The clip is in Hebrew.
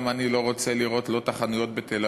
גם אני לא רוצה לראות לא את החנויות בתל-אביב